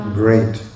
great